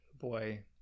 Boy